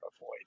avoid